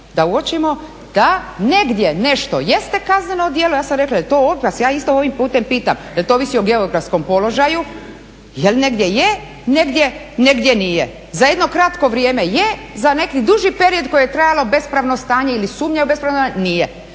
da uočimo da negdje nešto jeste kazneno djelo, ja sam rekla da je to … Ja isto ovim putem pitam jel to ovisi o geografskom položaju jel negdje je, negdje nije. Za jedno kratko vrijeme, za neki duži period koje je trajalo bespravno stanje ili sumnja u bespravno nije.